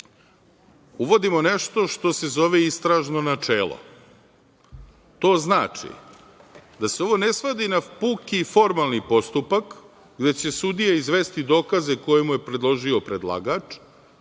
uvodimo nešto što se zove istražno načelo. To znači da se ovo ne svodi na puki i formalni postupak gde će sudija izvesti dokaze koje mu je predložio predlagač